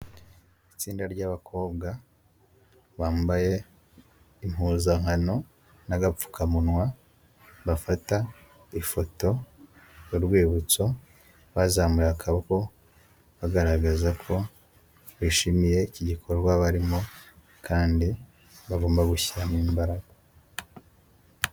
Itsinda ry'abakobwa bambaye impuzankano n'agapfukamunwa, bafata ifoto y'urwibutso, bazamuye akaboko, bagaragaza ko bishimiye iki gikorwa barimo, kandi bagomba gushyiramo imbaraga.